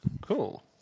Cool